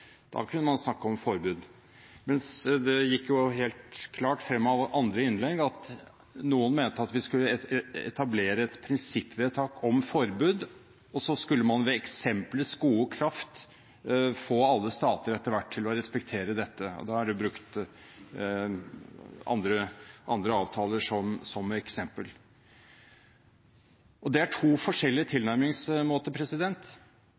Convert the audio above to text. da kunne man snakke om forbud. Men det gikk helt klart frem av andre innlegg at noen mente at vi skulle etablere et prinsippvedtak om forbud, og så skulle man ved eksemplets makt få alle stater etter hvert til å respektere dette. Da er det brukt andre avtaler som eksempel. Det er to forskjellige tilnærmingsmåter.